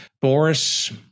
Boris